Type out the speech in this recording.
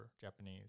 Japanese